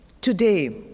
Today